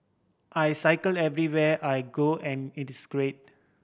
I cycle everywhere I go and it is great